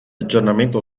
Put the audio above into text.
aggiornamento